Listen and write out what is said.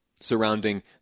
Surrounding